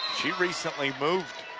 she recently moved